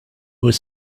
was